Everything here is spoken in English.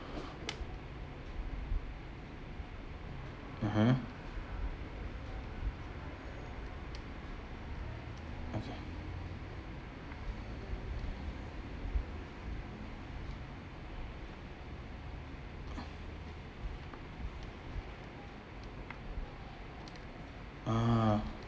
mmhmm okay ah